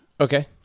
Okay